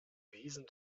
wesen